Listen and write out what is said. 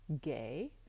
gay